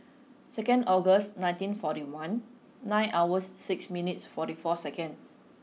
second August nineteen forty one nine hours six minutes forty four second